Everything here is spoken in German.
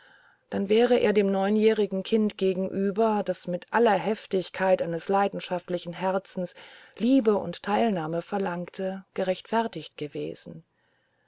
dann wäre er dem neunjährigen kinde gegenüber das mit aller heftigkeit eines leidenschaftlichen herzens liebe und teilnahme verlangte gerechtfertigt gewesen